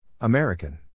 American